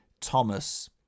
Thomas